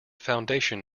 foundation